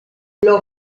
los